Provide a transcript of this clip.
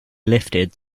lifted